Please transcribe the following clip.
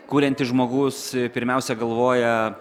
kuriantis žmogus pirmiausia galvoja